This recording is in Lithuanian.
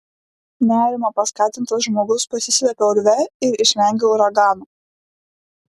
nerimo paskatintas žmogus pasislepia urve ir išvengia uragano